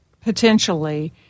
potentially